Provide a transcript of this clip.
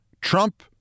Trump